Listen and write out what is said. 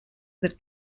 that